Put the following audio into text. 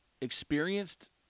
experienced